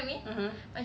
(uh huh)